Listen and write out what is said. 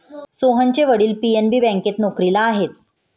सोहनचे वडील पी.एन.बी बँकेत नोकरीला आहेत